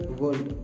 world